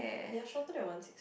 ya shorter than one six